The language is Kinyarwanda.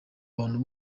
bantu